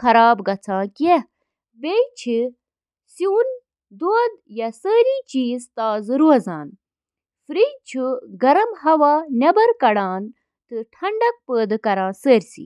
Cook ware صاف کرٕنۍ۔